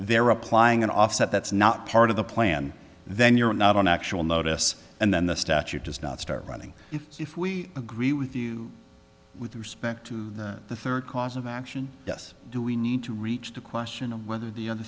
they're applying an offset that's not part of the plan then you're not an actual notice and then the statute does not start running if we agree with you with respect to the third cause of action yes do we need to reach the question of whether the